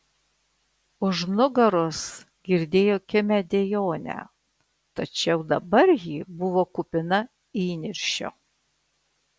už nugaros girdėjo kimią dejonę tačiau dabar ji buvo kupina įniršio